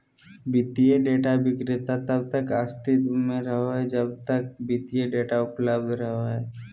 वित्तीय डेटा विक्रेता तब तक अस्तित्व में रहो हइ जब तक वित्तीय डेटा उपलब्ध रहो हइ